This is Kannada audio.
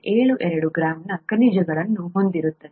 72 ಗ್ರಾಂ ಖನಿಜಗಳನ್ನು ಹೊಂದಿರುತ್ತದೆ